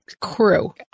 crew